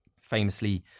famously